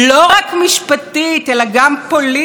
זוהי רעידת אדמה משטרית".